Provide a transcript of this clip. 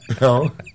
No